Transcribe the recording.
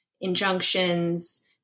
injunctions